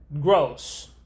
gross